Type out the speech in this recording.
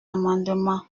amendement